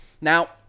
now